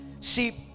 See